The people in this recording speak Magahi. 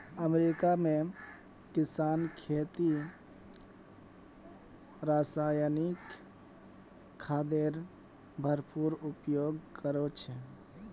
अमेरिका में किसान खेतीत रासायनिक खादेर भरपूर उपयोग करो छे